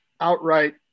outright